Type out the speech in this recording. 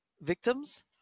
victims